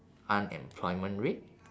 unemployment rate